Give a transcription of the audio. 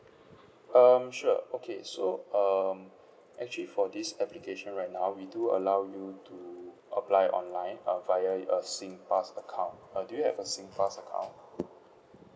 um sure okay so um actually for this application right now we do allow you to apply online uh via uh Singpass account uh do you have a Singpass account